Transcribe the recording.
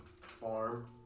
farm